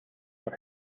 were